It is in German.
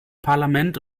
parlament